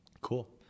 cool